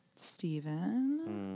Stephen